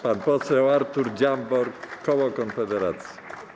Pan poseł Artur Dziambor, koło Konfederacja.